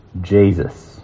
Jesus